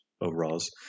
overalls